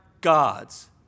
God's